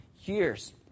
years